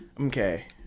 Okay